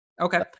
Okay